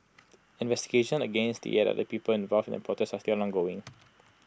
investigations against the eight other people involved in the protest are still ongoing